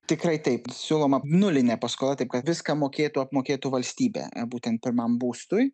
tikrai taip siūloma nulinė paskola taip kad viską mokėtų apmokėtų valstybė būtent pirmam būstui